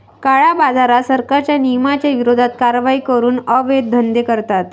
काळ्याबाजारात, सरकारच्या नियमांच्या विरोधात कारवाई करून अवैध धंदे करतात